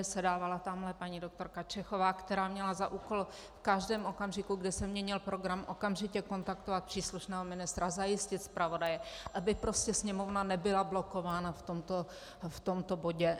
Sedávala tamhle paní dr. Čechová, která měla za úkol v každém okamžiku, kdy se měnil program, okamžitě kontaktovat příslušného ministra, zajistit zpravodaje, aby prostě Sněmovna nebyla blokována v tomto bodě.